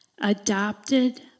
adopted